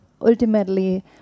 ultimately